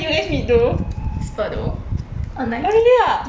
online